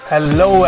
Hello